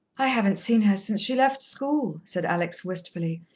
i haven't seen her since she left school, said alex wistfully.